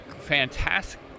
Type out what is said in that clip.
fantastic